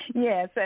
Yes